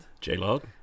J-Log